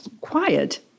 quiet